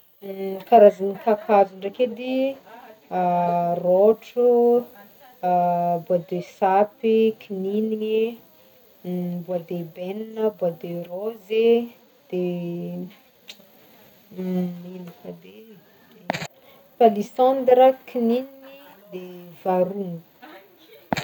karazagny kakazo ndraiky edy y rôtro, bois de sapy, kininigniny e, bois d'èbene, bois de rose de ino koa edy e, palissandre a, kininigniny de varongo.